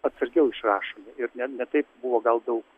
atsargiau išrašo ir net ne taip buvo gal daug